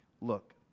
look